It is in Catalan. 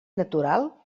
natural